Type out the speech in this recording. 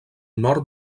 nord